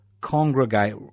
congregate